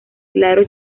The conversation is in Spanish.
claro